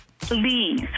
Please